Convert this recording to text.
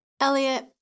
Elliot